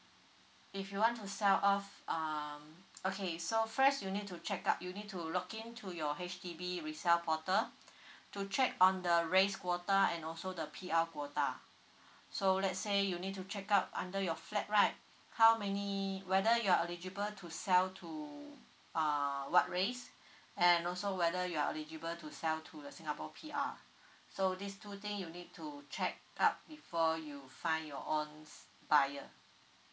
if you want to sell off um okay so first you need to check out you need to log in to your H_D_B resell portal to check on the race quota and also the P_R quota so let's say you need to check out under your flat right how many whether you're eligible to sell to uh what race and also whether you are eligible to sell to the singapore P_R so these two thing you need to check out before you find your own buyer